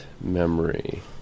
memory